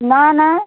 না না